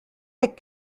heck